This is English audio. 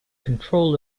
control